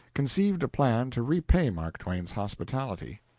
conceived a plan to repay mark twain's hospitality.